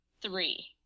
three